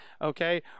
Okay